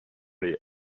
les